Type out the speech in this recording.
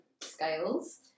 scales